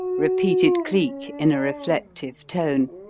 repeated cleek in a reflective tone,